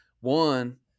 One